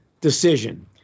decision